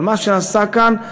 אבל מה שעשה כאן,